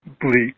bleak